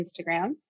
Instagram